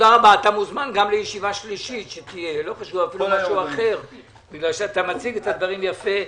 אתה מציג את הדברים יפה.